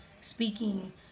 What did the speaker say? speaking